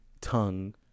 tongue